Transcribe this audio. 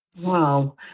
Wow